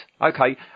okay